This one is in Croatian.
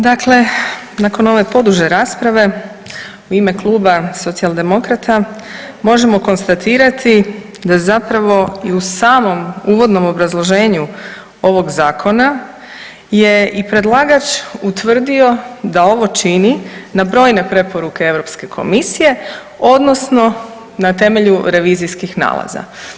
Dakle, nakon ove poduže rasprave, u ime kluba Socijaldemokrata, možemo konstatirati da zapravo i u samom uvodnom obrazloženju ovog zakona je i predlagač utvrdio da ovo čini na brojne preporuke europske komisije odnosno na temelju revizijskih nalaza.